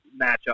matchup